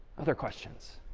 other questions?